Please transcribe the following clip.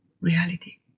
reality